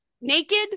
naked